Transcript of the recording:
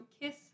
kiss